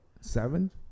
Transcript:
Seven